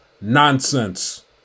Nonsense